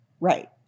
Right